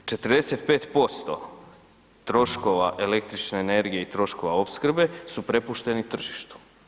45% troškova električne energije i troškova opskrbe su prepušteni tržištu.